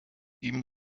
ihm